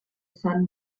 sun